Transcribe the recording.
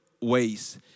ways